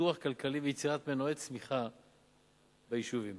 פיתוח כלכלי ויצירת מנועי צמיחה ביישובים.